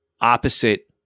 opposite